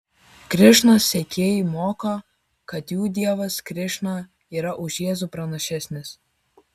krišnos sekėjai moko kad jų dievas krišna yra už jėzų pranašesnis